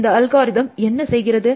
இந்த அல்காரிதம் என்ன செய்கிறது